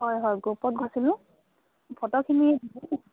হয় হয় গ্ৰুপত গৈছিলোঁ ফটোখিনি